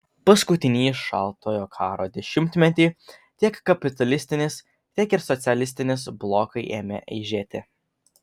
paskutinįjį šaltojo karo dešimtmetį tiek kapitalistinis tiek ir socialistinis blokai ėmė eižėti